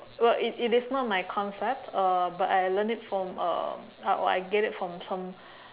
well it it is not my concept uh but I learn it from uh I get it from some